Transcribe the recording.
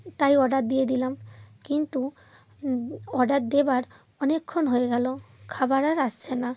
তাই অর্ডার দিয়ে দিলাম কিন্তু অর্ডার দেওয়ার অনেকক্ষণ হয়ে গেল খাবার আর আসছে না